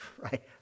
Right